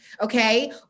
Okay